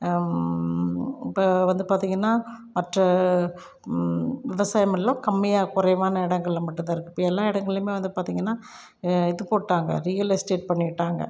இப்போ வந்து பார்த்திங்கன்னா மற்ற விவசாயமெல்லாம் கம்மியாக குறைவான இடங்கள்ல மட்டும் தான் இருக்குது இப்போ எல்லா இடங்கள்லயுமே வந்து பார்த்திங்கன்னா இது போட்டாங்க ரியல் எஸ்டேட் பண்ணிகிட்டாங்க